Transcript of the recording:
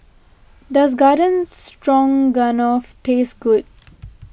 does Garden Stroganoff taste good